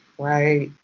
right?